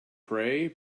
pray